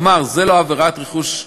כלומר, זה לא עבירת רכוש.